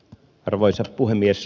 arvoisa puhemies